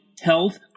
Health